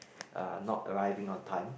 uh not arriving on time